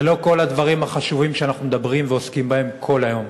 זה לא כל הדברים החשובים שאנחנו מדברים ועוסקים בהם כל היום.